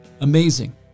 amazing